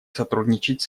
сотрудничать